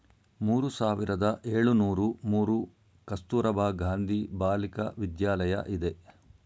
ಮೂರು ಸಾವಿರದ ಏಳುನೂರು ಮೂರು ಕಸ್ತೂರಬಾ ಗಾಂಧಿ ಬಾಲಿಕ ವಿದ್ಯಾಲಯ ಇದೆ